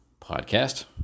podcast